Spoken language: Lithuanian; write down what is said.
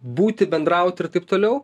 būti bendraut ir taip toliau